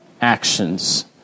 actions